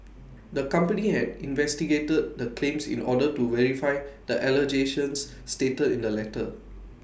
the company had investigated the claims in order to verify the allegations stated in the letter